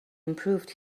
improved